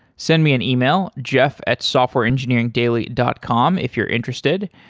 send me an email, jeff at softwareengineeringdaily dot com if you're interested.